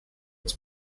its